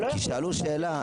שאלו שאלה,